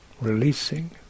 releasing